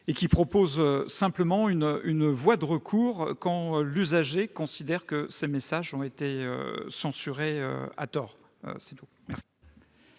tend à prévoir une voie de recours quand l'usager considère que ses messages ont été censurés à tort.